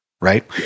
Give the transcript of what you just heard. Right